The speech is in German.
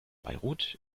beirut